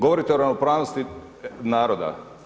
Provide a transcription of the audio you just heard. Govorite o ravnopravnosti naroda.